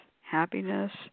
happiness